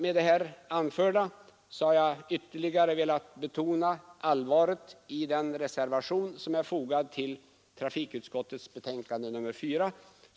Med det anförda har jag ytterligare velat betona allvaret i den reservation som fogats till trafikutskottets betänkande nr 4.